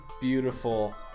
beautiful